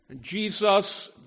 Jesus